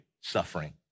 suffering